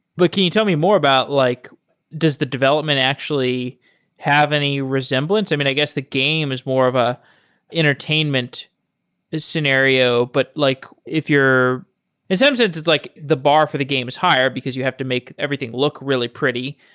but can you tell me more about like does the development actually have any resemblance? i mean, i guess the game is more of an ah entertainment scenario. but like if you're in some sense, it's like the bar for the game is higher because you have to make everything look really pretty.